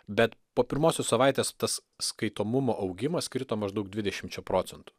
bet po pirmosios savaitės tas skaitomumo augimas krito maždaug dvidešimčia procentų